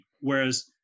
whereas